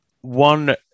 one